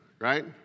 right